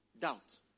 Doubt